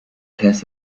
has